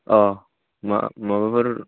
औ मा माबाफोर